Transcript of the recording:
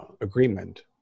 agreement